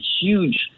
huge